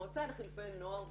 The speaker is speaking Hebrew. המועצה לחילופי נוער וצעירים,